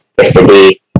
yesterday